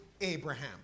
Abraham